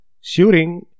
shooting